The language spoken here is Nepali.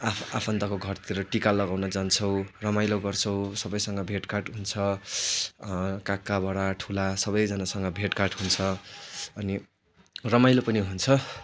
आफ् आफन्तको घरतिर टिका लगाउन जान्छौँ रमाइलो गर्छौँ सबैसँग भेटघाट हुन्छ कहाँ कहाँबाट ठुला सबैजनासँग भेटघाट हुन्छ अनि रमाइलो पनि हुन्छ